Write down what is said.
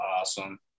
awesome